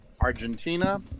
argentina